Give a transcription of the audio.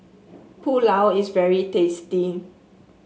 pulao is very tasty